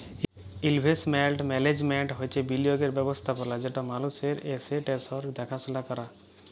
investment management হছে বিলিয়গের ব্যবস্থাপলা যেট মালুসের এসেট্সের দ্যাখাশুলা ক্যরে